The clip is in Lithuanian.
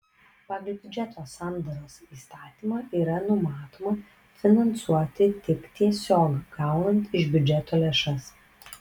pagal biudžeto sandaros įstatymą yra numatoma finansuoti tik tiesiog gaunant iš biudžeto lėšas